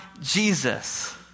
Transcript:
Jesus